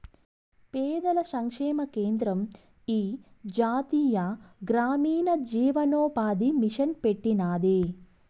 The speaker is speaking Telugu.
పేదల సంక్షేమ కేంద్రం ఈ జాతీయ గ్రామీణ జీవనోపాది మిసన్ పెట్టినాది